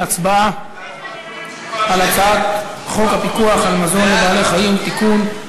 להצבעה על הצעת חוק הפיקוח על מזון לבעלי-חיים (תיקון),